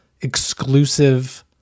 exclusive